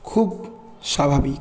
খুব স্বাভাবিক